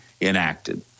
enacted